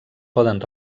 poden